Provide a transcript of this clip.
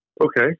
Okay